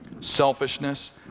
selfishness